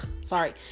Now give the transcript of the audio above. sorry